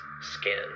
skin